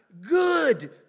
good